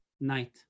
night